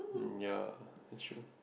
mm yeah that's true